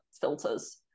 filters